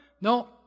No